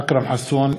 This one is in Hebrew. אכרם חסון,